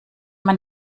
man